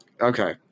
Okay